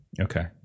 Okay